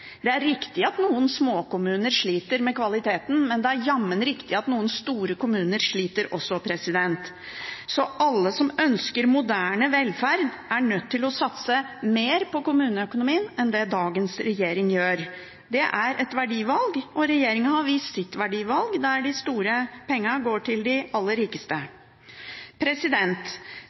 Det er riktig at noen småkommuner sliter med kvaliteten, men det er jammen riktig at noen store kommuner også sliter. Så alle som ønsker moderne velferd, er nødt til å satse mer på kommuneøkonomien enn det dagens regjering gjør. Det er et verdivalg, og regjeringen har vist sitt verdivalg, der de store pengene går til de aller rikeste.